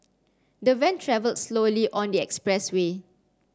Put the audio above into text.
the van traveled slowly on the expressway